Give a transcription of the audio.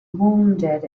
wounded